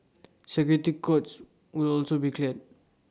security codes will also be clearer